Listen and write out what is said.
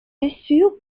dessus